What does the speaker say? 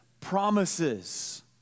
promises